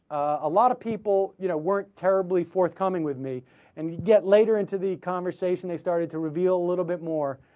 a lot of people you know were terribly forthcoming with me and get later into the conversation they started to reveal a little bit more